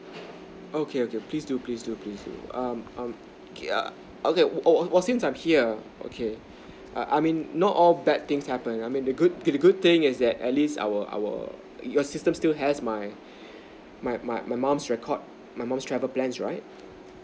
okay okay please do please do please do um um okay I okay well since I'm here okay I I mean not all bad things happen I mean the good the good thing is that at least our our your system still has my my my my mom's records my mom's travel plans right